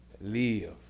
live